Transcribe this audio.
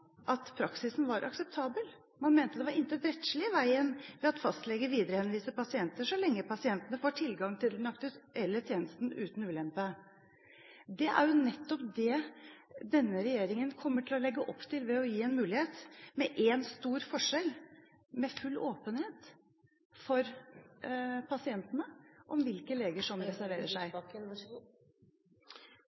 at praksisen var akseptabel. Man mente det var intet rettslig i veien for at fastlege viderehenviser pasienter, så lenge pasientene får tilgang til den aktuelle tjenesten uten ulempe. Det er nettopp det denne regjeringen kommer til å legge opp til, ved å gi en mulighet, med én stor forskjell – med full åpenhet overfor pasientene om hvilke leger som reserverer seg.